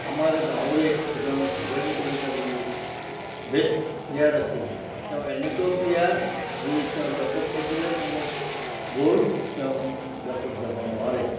আমাৰ গাঁৱৰে এজন ভৱেন কলিতা বুলি বেষ্ট প্লেয়াৰ আছিল তেওঁ এনেকুৱা প্লেয়াৰ যে তেওঁ বেকত থাকিলে কোনো বল তেওঁৰ বেকত যাব নোৱাৰে